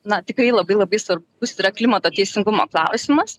na tikrai labai labai svarbus yra klimato teisingumo klausimas